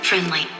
Friendly